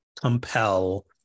compel